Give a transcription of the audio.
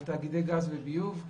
על תאגידי גז וביוב,